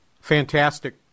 fantastic